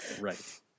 Right